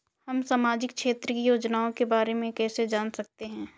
हम सामाजिक क्षेत्र की योजनाओं के बारे में कैसे जान सकते हैं?